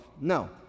No